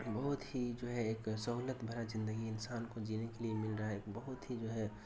بہت ہی جو ہے ایک سہولت بھرا زندگی انسان کو جینے کے لیے مل رہا ہے بہت ہی جو ہے